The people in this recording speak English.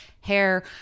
hair